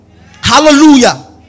Hallelujah